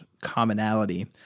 commonality